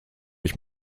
ich